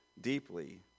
deeply